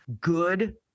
Good